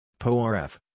PoRF